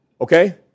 Okay